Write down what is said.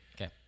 Okay